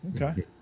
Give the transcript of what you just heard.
Okay